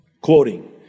Quoting